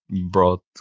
brought